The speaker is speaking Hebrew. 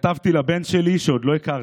שכתבתי לבן שלי שעוד לא הכרתי,